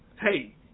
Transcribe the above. hey